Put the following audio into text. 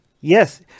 Yes